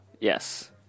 Yes